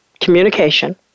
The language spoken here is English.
communication